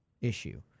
issue